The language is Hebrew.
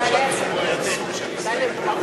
אולי אפשר לקבוע סוג של הסתייגות,